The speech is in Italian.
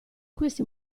questi